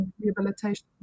rehabilitation